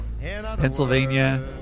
Pennsylvania